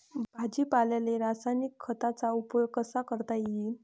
भाजीपाल्याले रासायनिक खतांचा उपयोग कसा करता येईन?